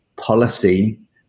policy